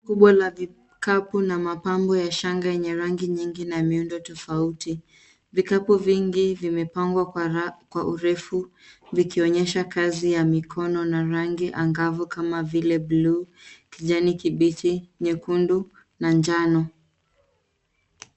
Rundo kubwa la vikapu na mapambo ya shanga yenye rangi nyingi na miundo tofauti. Vikapu vingi vimepangwa kwa urefu vikionyesha kazi ya mikono na rangi angavu kama vile blue ,kijani kibichi, nyekundu na njano.